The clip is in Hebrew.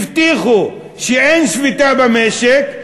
הבטיחו שאין שביתה במשק.